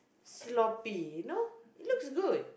sloppy you know it looks good